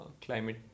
climate